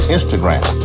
Instagram